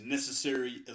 Necessary